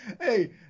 hey